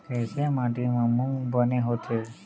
कइसे माटी म मूंग बने होथे?